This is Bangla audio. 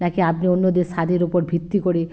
নাকি আপনি অন্যদের স্বাদের উপর ভিত্তি করে